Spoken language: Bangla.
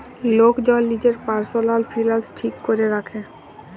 লক জল লিজের পারসলাল ফিলালস ঠিক ক্যরে রাখে